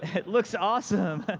it looks awesome!